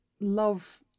love